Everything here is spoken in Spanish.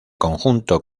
conjunto